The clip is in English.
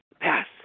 Pass